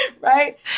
Right